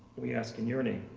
we ask in your name,